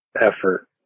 effort